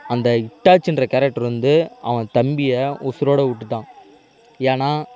அந்த ஹிட்டாச்சின்ற கேரக்டர் வந்து அவன் தம்பியை உசுரோடு விட்டுட்டான் ஏன்னால்